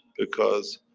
because,